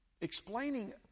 explaining